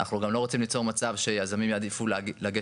אנחנו גם לא רוצים ליצור מצב שיזמים יעדיפו לגשת